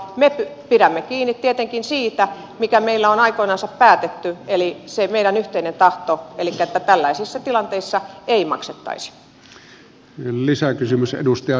me pidämme kiinni tietenkin siitä mikä meillä on aikoinansa päätetty eli siitä meidän yhteisestä tahdosta elikkä tällaisissa tilanteissa ei maksettaisi